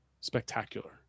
Spectacular